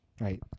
Right